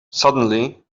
suddenly